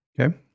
Okay